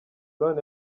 brown